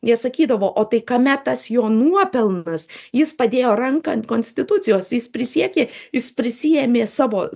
jie sakydavo o tai kame tas jo nuopelnas jis padėjo ranką ant konstitucijos jis prisiekė jis prisiėmė savo s